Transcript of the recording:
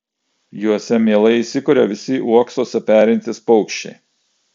juose mielai įsikuria visi uoksuose perintys paukščiai